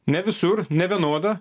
ne visur ne vienoda